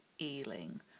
Ealing